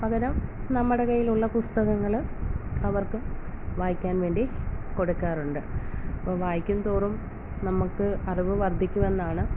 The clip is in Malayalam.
പകരം നമ്മുടെ കയ്യിലുള്ള പുസ്തകങ്ങൾ അവർക്കും വായിക്കാൻ വേണ്ടി കൊടുക്കാറുണ്ട് അപ്പം വായിക്കുന്തോറും നമുക്ക് അറിവ് വർധിക്കും വർധിക്കുവെന്നാണ്